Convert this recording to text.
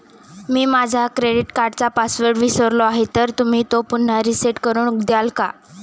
मी माझा क्रेडिट कार्डचा पासवर्ड विसरलो आहे तर तुम्ही तो पुन्हा रीसेट करून द्याल का?